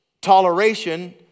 toleration